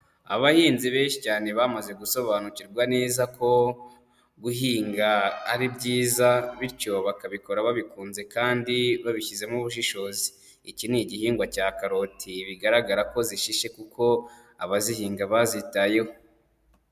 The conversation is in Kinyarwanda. Abahinzi benshi cyane bamaze gusobanukirwa neza ko, guhinga ari byiza, bityo bakabikora babikunze kandi babishyizemo ubushishozi. Iki ni igihingwa cya karoti bigaragara ko zishishe kuko, abazihinga bazitayeho.